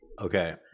Okay